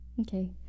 Okay